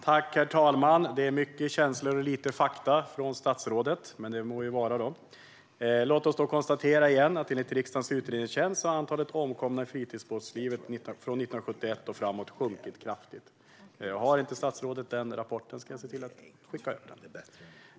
Herr talman! Det är mycket känslor och lite fakta från statsrådet, men det må vara. Låt oss då - igen - konstatera att enligt riksdagens utredningstjänst har antalet omkomna i fritidsbåtslivet från 1971 och framåt sjunkit kraftigt. Om statsrådet inte har den rapporten ska jag se till att skicka ut den.